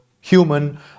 human